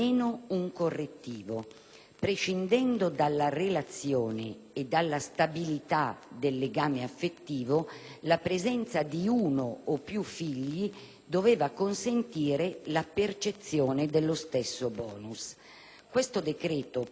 prescindendo dalla relazione e dalla stabilità del legame affettivo, la presenza di uno o più figli doveva consentire la percezione dello stesso *bonus*. Questo decreto pasticciato e confuso